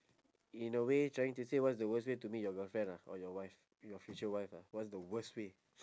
in a way trying to say what is the worst way to meet your girlfriend lah or your wife your future wife ah what is the worst way